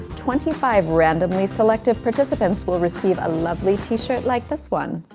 twenty five randomly selected participants will receive a lovely t-shirt like this one.